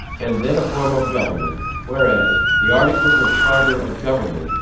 and then a form of government whereas, the articles or charter of government,